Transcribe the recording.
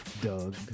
Doug